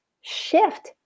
shift